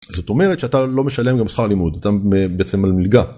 זאת אומרת שאתה לא משלם גם שכר לימוד אתם בעצם על מלגה.